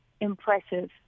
impressive